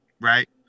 Right